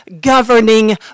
governing